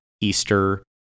easter